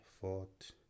fought